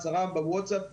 הצהרה בווטסאפ תקפה?